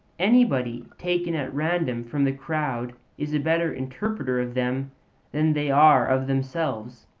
anybody taken at random from the crowd is a better interpreter of them than they are of themselves.